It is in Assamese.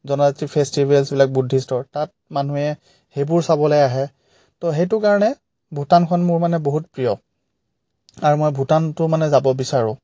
জনজাতি ফেষ্টিভেলছবিলাক বুদ্ধিষ্টৰ তাত মানুহে সেইবোৰ চাবলৈ আহে ত' সেইটো কাৰণে ভূটানখন মোৰ মানে বহুত প্ৰিয় আৰু মই ভূটানটো মানে যাব বিচাৰোঁ